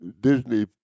Disney